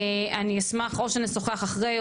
אני אשמח או שנשוחח אחרי,